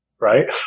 Right